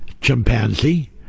chimpanzee